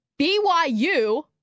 BYU